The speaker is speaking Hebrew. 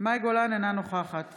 מאי גולן, אינה נוכחת